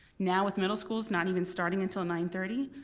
now with middle schools not even starting until nine thirty,